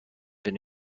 been